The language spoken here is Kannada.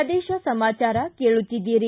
ಪ್ರದೇಶ ಸಮಾಚಾರ ಕೇಳುತ್ತೀದ್ದೀರಿ